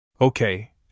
Okay